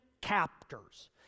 captors